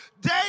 Day